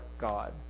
God